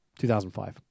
2005